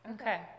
Okay